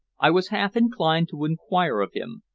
i was half-inclined to inquire of him,